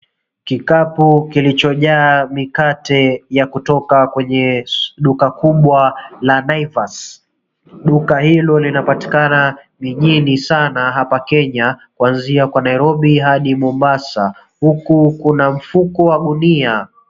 Kikapu kilichojaa mikate ya kutoka kwenye duka kubwa la Naivas. Duka hilo linapatikana mijini sana hapa Kenya kuanzia kwa Nairobi hadi Mombasa. Huku kuna mfuko wa gunia.